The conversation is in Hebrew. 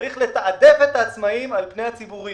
צריך לתעדף את העצמאיים על פני אלה שבבעלות